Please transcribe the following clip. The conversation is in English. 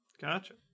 Gotcha